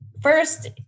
first